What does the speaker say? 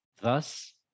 thus